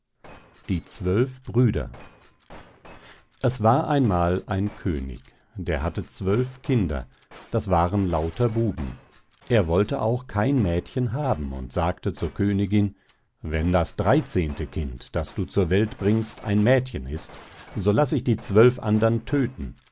die zwölf brüder es war einmal ein könig der hatte zwölf kinder das waren lauter buben er wollte auch kein mädchen haben und sagte zur königin wenn das dreizehnte kind das du zur welt bringst ein mädchen ist so laß ich die zwölf andern tödten